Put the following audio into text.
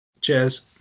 Cheers